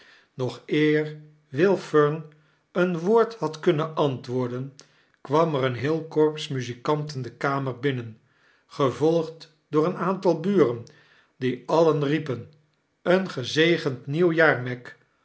nog eer will tern een woord had kunnen antwoorden kwam er een heel korps muzikanten de kamer binnen gevolgd door een aantal buren die alien riepen een gezegend nieuw jaar meg